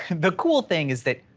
the cool thing is that,